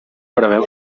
preveu